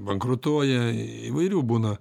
bankrutuoja įvairių būna